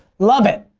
love it.